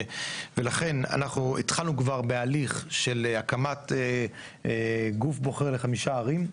ולכן אנחנו התחלנו כבר בהליך של הקמת גוף בוחר לחמישה ערים,